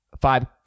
five